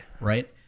Right